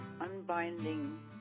unbinding